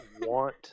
want